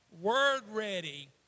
word-ready